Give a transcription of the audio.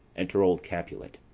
enter old capulet.